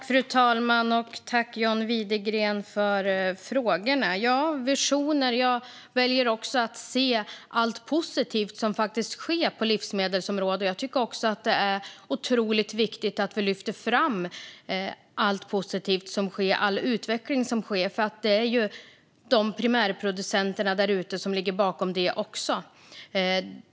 Fru talman! När det gäller visioner väljer jag att också se allt positivt som faktiskt sker på livsmedelsområdet. Jag tycker också att det är otroligt viktigt att vi lyfter fram allt positivt som sker och all utveckling som sker. Det är de primärproducenter som finns där ute som ligger bakom det också.